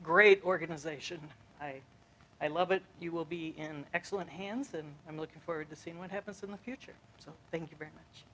great organization i i love it you will be an excellent hands and i'm looking forward to seeing what happens in the future so thank you very much